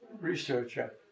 researcher